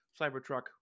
Cybertruck